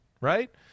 right